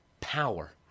power